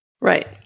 right